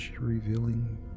revealing